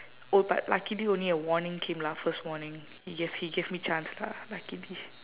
oh but luckily only a warning came lah first warning he gave he gave me chance lah luckily